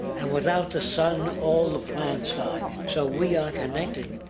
and without the sun, all the plants die. so we are connected.